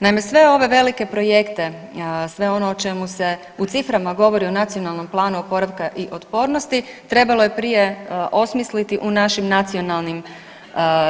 Naime, sve ove velike projekte, sve ono o čemu se u ciframa govori u Nacionalnom planu oporavka i otpornosti trebalo je prije osmisliti u našim nacionalnim